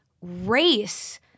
race